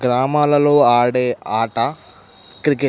గ్రామాలలో ఆడే ఆట క్రికెట్